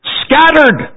scattered